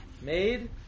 made